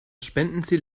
spendenziel